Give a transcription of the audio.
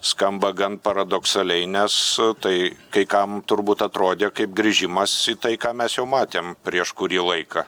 skamba gan paradoksaliai nes tai kai kam turbūt atrodė kaip grįžimas į tai ką mes jau matėm prieš kurį laiką